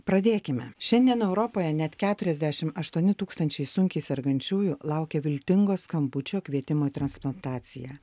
pradėkime šiandien europoje net keturiasdešim aštuoni tūkstančiai sunkiai sergančiųjų laukia viltingo skambučio kvietimo į transplantaciją